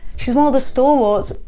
she's one of the stalwars.